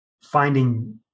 finding